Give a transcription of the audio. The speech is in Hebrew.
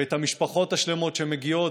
ואת המשפחות השלמות שמגיעות,